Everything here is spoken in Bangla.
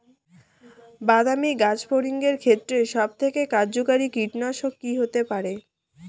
বাদামী গাছফড়িঙের ক্ষেত্রে সবথেকে কার্যকরী কীটনাশক কি হতে পারে?